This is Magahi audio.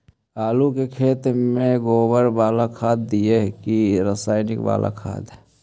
आलू के खेत में गोबर बाला खाद दियै की रसायन बाला खाद?